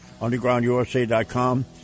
undergroundusa.com